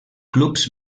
clubs